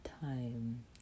time